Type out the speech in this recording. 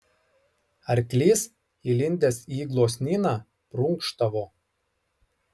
arklys įlindęs į gluosnyną prunkštavo